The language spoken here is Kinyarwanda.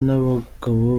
n’abagabo